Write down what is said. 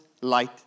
light